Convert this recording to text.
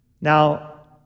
Now